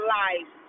life